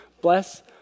bless